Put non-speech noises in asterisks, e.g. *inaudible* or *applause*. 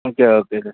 *unintelligible*